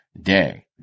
day